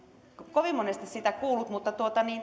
kovin monesti sitä kuullut mutta